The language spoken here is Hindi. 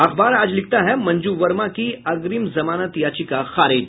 अखबार आज लिखता है मंजू वर्मा की अग्रिम जमानत याचिका खारिज